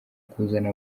kuzana